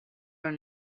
are